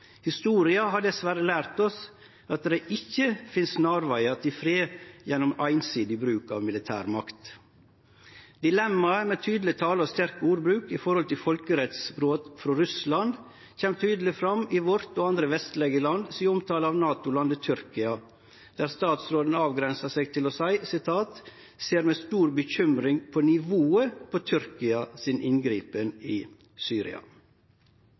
Historia har dessverre lært oss at det ikkje finst snarvegar til fred gjennom einsidig bruk av militærmakt. Dilemmaet med tydeleg tale og sterk ordbruk om folkerettsbrot av Russland kjem tydeleg fram i vår og andre vestlege land si omtale av NATO-landet Tyrkia, der utanriksministeren avgrensa seg til å seie: «Vi ser med stor bekymring på nivået på Tyrkias inngripen i Syria.»